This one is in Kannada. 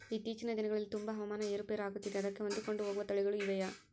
ಇತ್ತೇಚಿನ ದಿನಗಳಲ್ಲಿ ತುಂಬಾ ಹವಾಮಾನ ಏರು ಪೇರು ಆಗುತ್ತಿದೆ ಅದಕ್ಕೆ ಹೊಂದಿಕೊಂಡು ಹೋಗುವ ತಳಿಗಳು ಇವೆಯಾ?